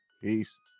Peace